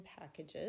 packages